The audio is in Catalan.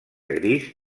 gris